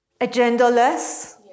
agendaless